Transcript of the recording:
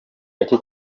gake